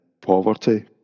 poverty